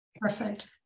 Perfect